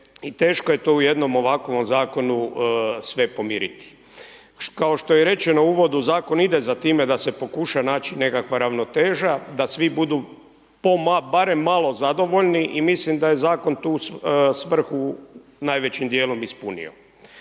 teško je to u jednom ovakvom zakonu sve pomiriti. Kao što je i rečeno u uvodu zakon ide za time da se pokuša naći nekakva ravnoteža, da svi budu po barem malo zadovoljni i mislim da je zakon tu svrhu najvećim dijelom ispunio.